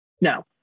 No